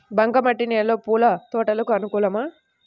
బంక మట్టి నేలలో పూల తోటలకు అనుకూలమా?